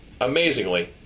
amazingly